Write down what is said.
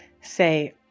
say